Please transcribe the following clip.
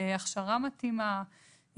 הכשרה מתאימה,